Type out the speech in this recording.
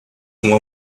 uma